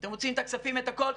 אתם רוצים את הכספים ואת הכול?